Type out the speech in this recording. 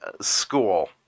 school